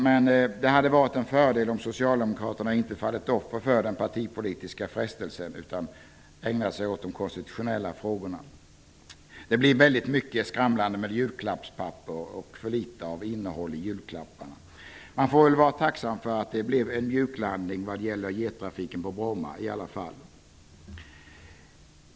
Men det hade varit en fördel om Socialdemokraterna inte fallit offer för partipolitiska frestelser utan ägnat sig åt de konstitutionella frågorna. Det blir mycket prasslande med julklappspapper och för litet innehåll i julklapparna. Man får vara tacksam för att det blev en mjuklandning vad gäller jetflygtrafiken på Bromma i alla fall.